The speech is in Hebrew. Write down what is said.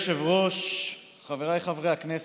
אדוני היושב-ראש, חבריי חברי הכנסת,